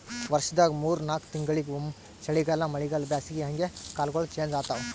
ವರ್ಷದಾಗ್ ಮೂರ್ ನಾಕ್ ತಿಂಗಳಿಂಗ್ ಒಮ್ಮ್ ಚಳಿಗಾಲ್ ಮಳಿಗಾಳ್ ಬ್ಯಾಸಗಿ ಹಂಗೆ ಕಾಲ್ಗೊಳ್ ಚೇಂಜ್ ಆತವ್